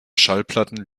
schallplatten